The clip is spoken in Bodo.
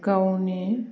गावनि